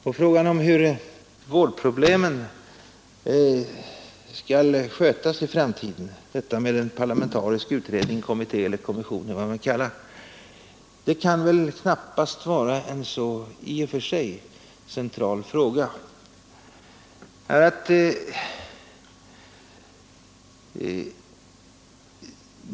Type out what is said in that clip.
Och när det gäller hur vårdproblemen skall skötas i framtiden kan knappast detta med en parlamentarisk utredning, kommitté, kommission — eller vad vi vill kalla det — vara en så central fråga.